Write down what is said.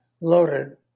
loaded